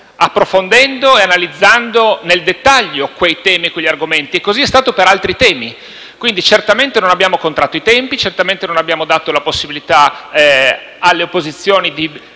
approfondendo e analizzando nel dettaglio quei temi, e così è stato per altri argomenti. Quindi, certamente non abbiamo contratto i tempi; certamente abbiamo dato la possibilità alle opposizioni di